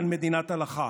יגיד לכם כל כלכלן